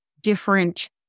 different